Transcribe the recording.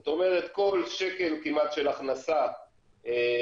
זאת אומרת כל שקל כמעט של הכנסה במאגר,